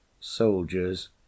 soldiers